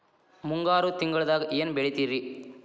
ಮುಂಗಾರು ತಿಂಗಳದಾಗ ಏನ್ ಬೆಳಿತಿರಿ?